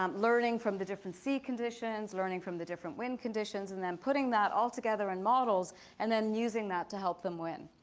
um learning from the different sea conditions, learning from the different wind conditions, and then putting that altogether in models and then using that to help them win.